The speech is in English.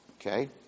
Okay